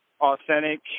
authentic